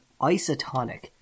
Isotonic